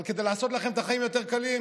אבל כדי לעשות לכם את החיים יותר קלים,